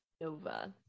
Nova